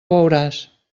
veuràs